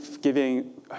giving